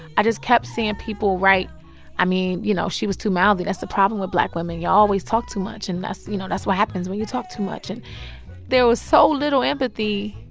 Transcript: i just kept seeing people write i mean, you know, she was too mouthy. that's the problem with black women. y'all always talk too much. and you know, that's what happens when you talk too much and there was so little empathy,